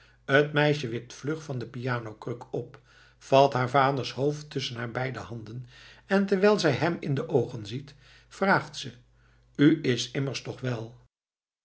het meisje wipt vlug van de pianokruk op vat haar vaders hoofd tusschen haar beide handen en terwijl zij hem in de oogen ziet vraagt ze u is immers toch wel